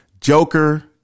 Joker